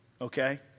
okay